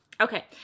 okay